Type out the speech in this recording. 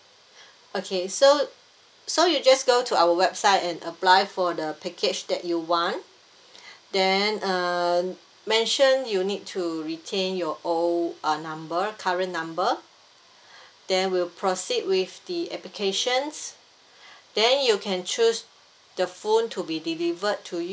okay so so you just go to our website and apply for the package that you want then uh mention you need to retain your old uh number current number then we'll proceed with the applications then you can choose the phone to be delivered